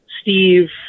Steve